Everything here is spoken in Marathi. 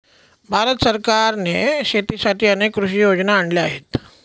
भारत सरकारने शेतीसाठी अनेक कृषी योजना आणल्या आहेत